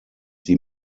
die